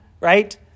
right